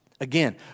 Again